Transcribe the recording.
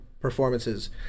performances